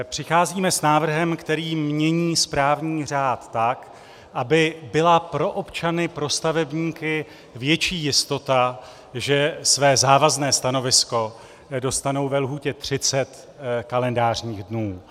Přicházíme s návrhem, který mění správní řád tak, aby byla pro občany, pro stavebníky větší jistota, že své závazné stanovisko dostanou ve lhůtě třicet kalendářních dnů.